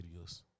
videos